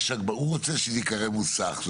הוא רוצה שזה ייקרא מוסך,